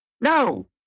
no